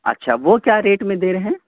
اچھا وہ کیا ریٹ میں دے رہے ہیں